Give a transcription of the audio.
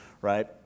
Right